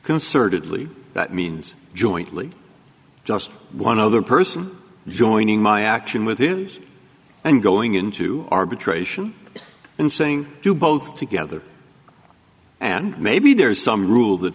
concertedly that means jointly just one other person joining my action with this and going into arbitration and saying to both together and maybe there is some rule that